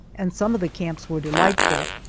and some of the camps were delightful,